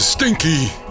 Stinky